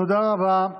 תודה רבה,